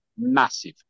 massive